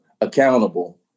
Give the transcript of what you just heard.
accountable